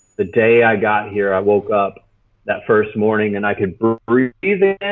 the day i got here, i woke up that first morning and i could breathe